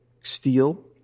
steel